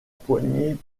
poignée